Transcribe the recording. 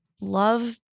love